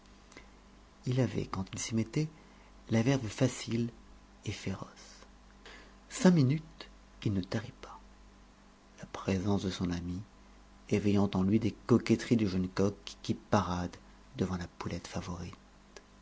il avait quand il s'y mettait la verve facile et féroce cinq minutes il ne tarit pas la présence de son amie éveillant en lui des coquetteries de jeune coq qui parade devant la poulette favorite